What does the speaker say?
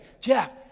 Jeff